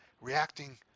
reacting